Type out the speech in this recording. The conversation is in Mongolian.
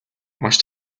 маш